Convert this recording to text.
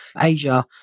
Asia